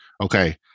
Okay